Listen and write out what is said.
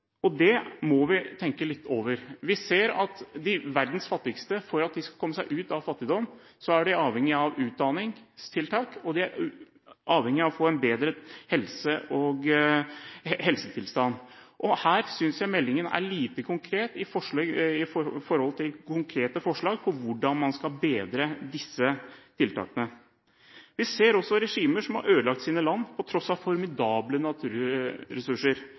Det må vi tenke litt over. Vi ser at for at verdens fattigste skal komme seg ut av fattigdom, er de avhengig av utdanningstiltak, og de er avhengig av å få en bedre helsetilstand. Her synes jeg meldingen er lite konkret med hensyn til konkrete forslag på hvordan man skal bedre disse tiltakene. Vi ser også regimer som har ødelagt sine land på tross av formidable naturressurser.